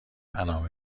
انعام